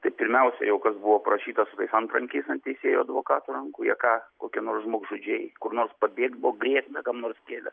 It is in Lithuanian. tai pirmiausia jau kas buvo aprašytas tais antrankiais ant teisėjo advokato rankoje ką kokia nors žmogžudžiai kur nors pabėgt buvo grėsmę kam nors kėlę